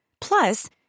Plus